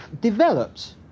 developed